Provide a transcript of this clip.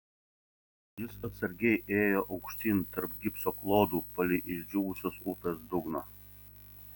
jis atsargiai ėjo aukštyn tarp gipso klodų palei išdžiūvusios upės dugną